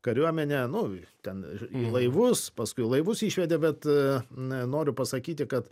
kariuomenę nu ten į laivus paskui laivus išvedė bet na noriu pasakyti kad